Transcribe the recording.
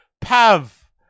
Pav